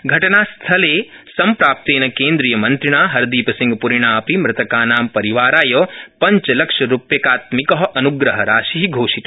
घ नास्थले सम्प्राप्नेन केन्द्रीयमन्त्रिणा हरदीपसिंहपुरिणा अपि मृताकानां परिवाराय पञ्चलक्षरुप्यात्मिक अनुग्रहराशि घोषित